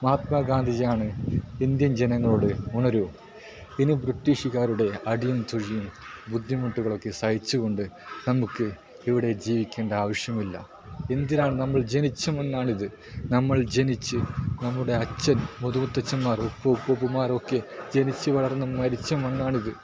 മഹാത്മാ ഗാന്ധിജിയാണ് ഇന്ത്യൻ ജനങ്ങളോട് ഉണരൂ ഇനി ബ്രിട്ടീഷ്കാരുടെ അടിയും തൊഴിയും ബുദ്ധിമുട്ടുകളുമൊക്കെ സഹിച്ചു കൊണ്ട് നമുക്ക് ഇവിടെ ജീവിക്കേണ്ട ആവശ്യമില്ല എന്തിനാണ് നമ്മൾ ജനിച്ച മണ്ണാണിത് നമ്മൾ ജനിച്ച് നമ്മുടെ അച്ഛൻ മുതുമുത്തച്ഛൻമാർ ഉപ്പ ഉപ്പുപ്പന്മാരൊക്കെ ജനിച്ച് വളർന്ന് മരിച്ച മണ്ണാണിത്